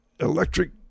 Electric